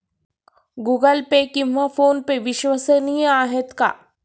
Google Pay किंवा PhonePe विश्वसनीय आहेत का?